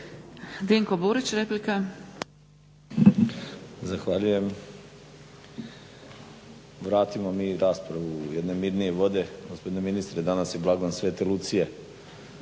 Dinko (HDSSB)** Zahvaljujem. Vratimo mi raspravu u jedne mirnije vode. Gospodine ministre, danas je blagdan Svete Lucije,